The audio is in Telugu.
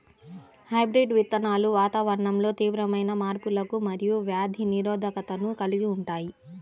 హైబ్రిడ్ విత్తనాలు వాతావరణంలో తీవ్రమైన మార్పులకు మరియు వ్యాధి నిరోధకతను కలిగి ఉంటాయి